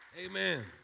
Amen